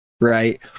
right